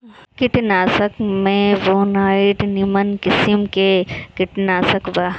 कीटनाशक में बोनाइड निमन किसिम के कीटनाशक बा